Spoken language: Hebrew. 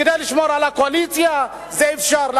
כדי לשמור על הקואליציה, זה אפשרי.